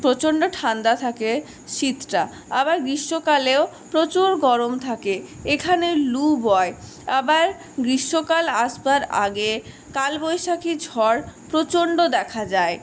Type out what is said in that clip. প্রচন্ড ঠান্ডা থাকে শীতটা আবার গ্রীষ্মকালেও প্রচুর গরম থাকে এখানে লু বয় আবার গ্রীষ্মকাল আসবার আগে কালবৈশাখী ঝড় প্রচন্ড দেখা যায়